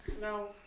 No